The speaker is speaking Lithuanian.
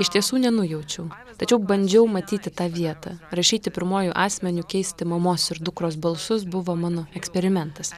iš tiesų nenujaučiau tačiau bandžiau matyti tą vietą rašyti pirmuoju asmeniu keisti mamos ir dukros balsus buvo mano eksperimentas